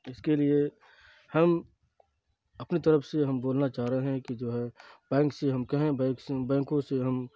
اس کے لیے ہم اپنی طرف سے ہم بولنا چاہ رہے ہیں کہ جو ہے بینک سے ہم کہیں بینک سے بینکوں سے ہم